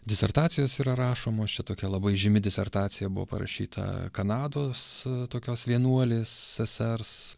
disertacijos yra rašomos čia tokia labai žymi disertacija buvo parašyta kanados tokios vienuolės sesers